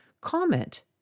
comment